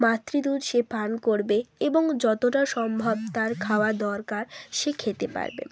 মাতৃ দুধ সে পান করবে এবং যতটা সম্ভব তার খাওয়া দরকার সে খেতে পারবে